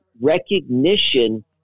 recognition